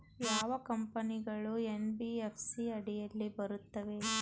ಯಾವ ಕಂಪನಿಗಳು ಎನ್.ಬಿ.ಎಫ್.ಸಿ ಅಡಿಯಲ್ಲಿ ಬರುತ್ತವೆ?